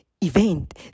event